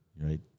right